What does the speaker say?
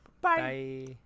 Bye